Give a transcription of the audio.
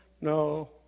no